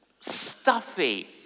stuffy